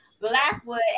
Blackwood